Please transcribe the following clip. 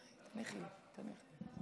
גברתי היושבת-ראש,